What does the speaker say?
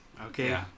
okay